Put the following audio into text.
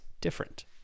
different